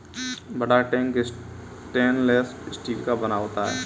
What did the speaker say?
बड़ा tank stainless steel का बना होता है